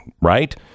right